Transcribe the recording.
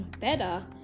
better